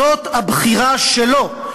זאת הבחירה שלו.